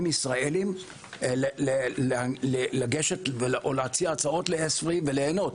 ישראלים לגשת או להציע הצעות ל- ESFRI וליהנות.